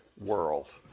world